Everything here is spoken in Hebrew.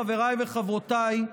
חבריי וחברותיי,